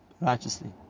righteously